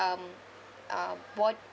um uh bod~